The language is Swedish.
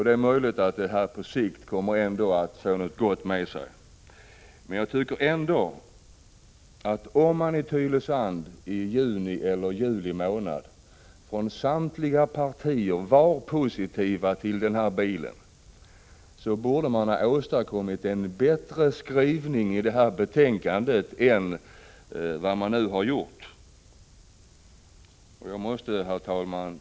Det är möjligt att detta på sikt kommer att föra något gott med sig, men jag tycker ändå att om man i Tylösand i juni eller juli månad från samtliga partier var positiv till ungdomsbilen, borde man ha åstadkommit en bättre skrivning i detta betänkande än vad man nu har gjort. Herr talman!